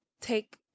take